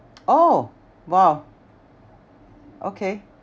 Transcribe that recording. oh !wow! okay